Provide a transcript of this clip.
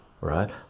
right